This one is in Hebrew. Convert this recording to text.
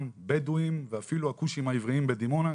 גם בדואים ואפילו הכושים העבריים בדימונה,